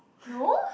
no